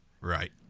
Right